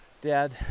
dad